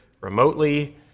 remotely